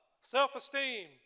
self-esteem